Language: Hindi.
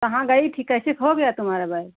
कहाँ गई थी कैसे खो गया तुम्हारा बैग